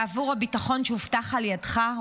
בעבור הביטחון שהובטח על ידך,